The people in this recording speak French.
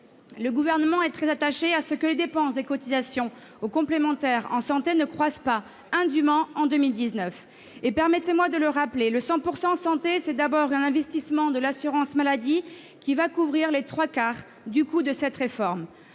Le Gouvernement est très attaché à ce que les dépenses concernant les cotisations aux complémentaires santé ne croissent pas indûment en 2019. Permettez-moi de le rappeler, le 100 % santé, c'est d'abord un investissement de l'assurance maladie, qui va couvrir les trois quarts du coût de cette réforme.